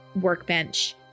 workbench